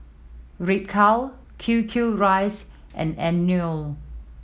Ripcurl Q Q Rice and Anello